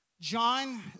John